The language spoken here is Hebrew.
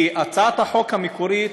כי הצעת החוק המקורית,